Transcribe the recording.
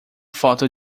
foto